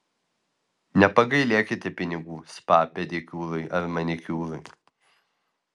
nepagailėkite pinigų spa pedikiūrui ar manikiūrui